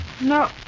No